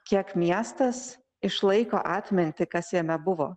kiek miestas išlaiko atmintį kas jame buvo